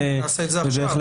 נעשה את זה עכשיו, נכון?